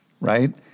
right